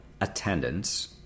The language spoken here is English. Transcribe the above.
attendance